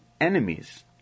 enemies